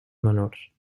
menors